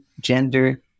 gender